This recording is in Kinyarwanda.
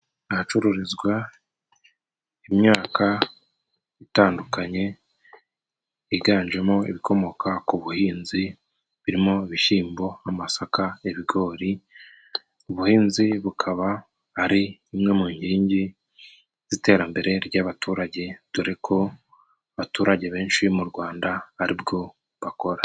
Ahacururizwa imyaka itandukanye yiganjemo ibikomoka ku buhinzi birimo ibishimbo, amasaka, ibigori. Ubuhinzi bukaba ari imwe mu nkingi z'iterambere ry'abaturage dore ko abaturage benshi mu Rwanda ari bwo bakora.